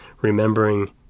remembering